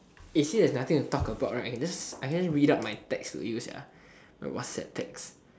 actually if there's nothing to talk about right I can just I can just read out my text to you my whatsapp text